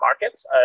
markets